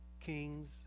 kings